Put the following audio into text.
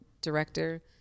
director